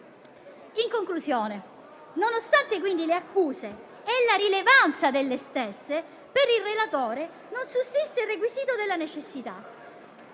In conclusione, nonostante le accuse e la rilevanza delle stesse, per il relatore non sussiste il requisito della necessità.